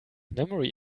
memory